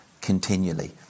continually